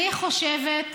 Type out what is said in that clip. אני חושבת,